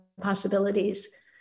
possibilities